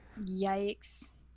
Yikes